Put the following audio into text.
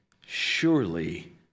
Surely